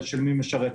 את מי היא משרתת.